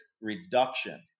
reduction